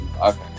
Okay